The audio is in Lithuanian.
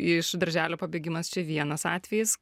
iš darželio pabėgimas čia vienas atvejis